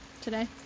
today